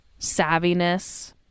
savviness